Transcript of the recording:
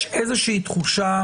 יש תחושה